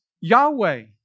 Yahweh